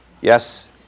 Yes